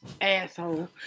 Asshole